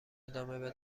ادامه